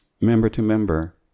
member-to-member